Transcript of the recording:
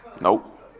Nope